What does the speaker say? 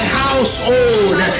household